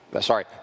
Sorry